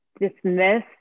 dismiss